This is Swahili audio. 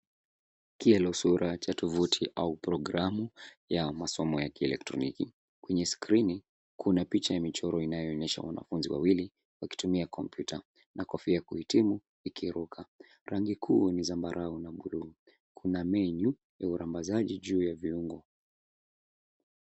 Kiolesura au tovuti ya programu ya masomo ya kielektroniki. Kwenye skrini kuna picha imechorwa inayoonyesha wanafunzi wawili wakitumia kompyuta na kofia ya kuhitimu ikiruka. Rangi kuu ni zambarau na kuna menu au rambazaji juu ya viungo.